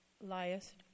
liest